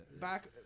Back